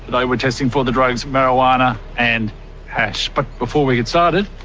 like we are testing for the drugs marijuana and hash. but before we get started,